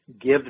give